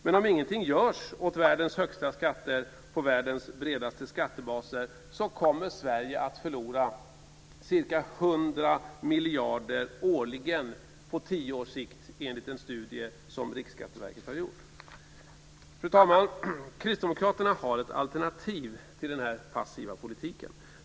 Men om ingenting görs åt världens högsta skatter på världens bredaste skattebas kommer Sverige att förlora ca 100 miljarder årligen på 10 års sikt enligt en studie som Riksskatteverket har gjort. Fru talman! Kristdemokraterna har ett alternativ till denna passiva politik.